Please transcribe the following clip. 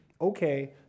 okay